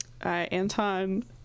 Anton